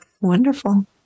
wonderful